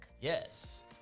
Yes